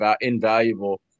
invaluable